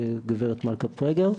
גב' מלכה פרגר,